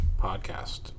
podcast